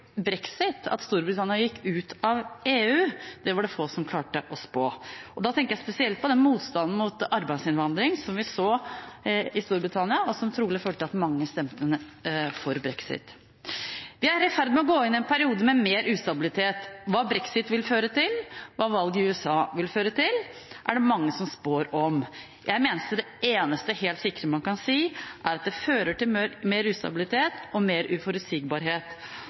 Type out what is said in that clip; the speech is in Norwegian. brexit, at Storbritannia gikk ut av EU, var det få som klarte å spå. Da tenker jeg spesielt på den motstanden mot arbeidsinnvandring som vi så i Storbritannia, og som trolig førte til at mange stemte for brexit. Vi er i ferd med å gå inn i en periode med mer ustabilitet. Hva brexit vil føre til, og hva valget i USA vil føre til, er det mange som spår om. Jeg mener det eneste helt sikre man kan si, er at det fører til mer ustabilitet og mer uforutsigbarhet